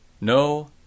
no